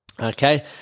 okay